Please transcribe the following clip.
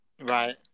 Right